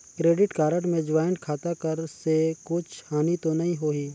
Credit card मे joint खाता कर से कुछ हानि तो नइ होही?